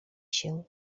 się